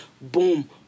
boom